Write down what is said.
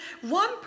one